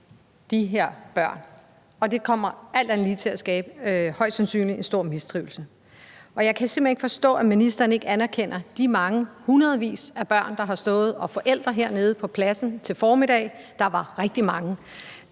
de her børn, og det kommer alt andet lige til højst sandsynligt at skabe en stor mistrivsel. Jeg kan simpelt ikke forstå, at ministeren ikke anerkender de mange hundredvis af børn og forældre, der har stået hernede på pladsen til formiddag – der var rigtig mange